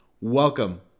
Welcome